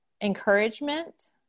encouragement